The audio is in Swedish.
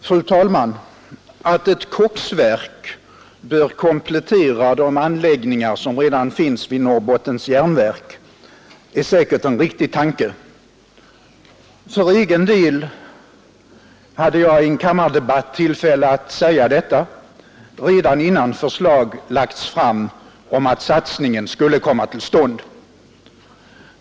Fru talman! Att ett koksverk bör komplettera de anläggningar som redan finns vid Norrbottens järnverk är säkert en riktig tanke. För egen del hade jag i en kammardebatt tillfälle att säga detta redan innan förslag lagts fram om att satsningen skulle komma till stånd.